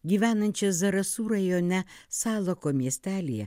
gyvenančia zarasų rajone salako miestelyje